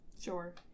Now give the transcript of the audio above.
Sure